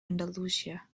andalusia